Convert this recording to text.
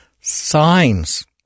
signs